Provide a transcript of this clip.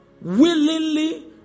willingly